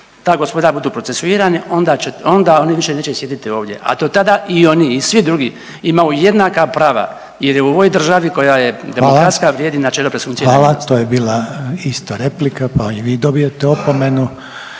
ta gospoda budu procesuirani, onda će, onda oni više neće sjediti ovdje, a do tada i oni i svi drugi imaju jednaka prava jer je u ovoj državi koja je demokratska vrijedi načelo presumpcije nevinosti. **Reiner, Željko (HDZ)** Hvala. To je bila isto replika pa i vi dobijate opomenu.